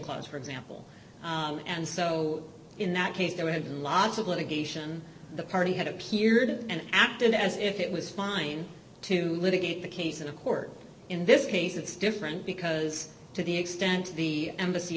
clause for example and so in that case there had been lots of litigation the party had appeared and acted as if it was fine to litigate the case in a court in this case it's different because to the extent the embassy